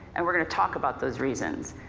and we're gonna talk about those reasons,